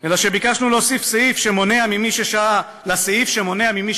אלא שביקשנו להוסיף לסעיף שמונע ממי